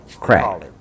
crack